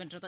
வென்றது